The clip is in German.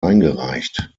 eingereicht